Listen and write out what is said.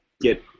get